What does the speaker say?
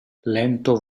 lento